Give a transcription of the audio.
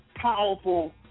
powerful